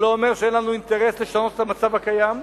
זה לא אומר שאין לנו אינטרס לשנות את המצב הקיים,